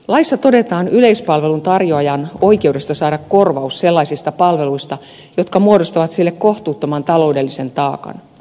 laissa todetaan yleispalvelun tarjoajan oikeudesta saada korvaus sellaisista palveluista jotka muodostavat sille kohtuuttoman taloudellisen taakan